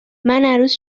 عروس